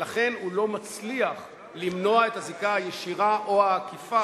ולכן הוא לא מצליח למנוע את הזיקה הישירה או העקיפה